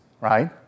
right